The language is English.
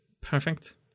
perfect